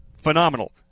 phenomenal